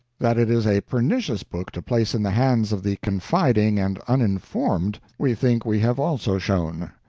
that it is a pernicious book to place in the hands of the confiding and uniformed, we think we have also shown.